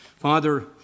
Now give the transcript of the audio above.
Father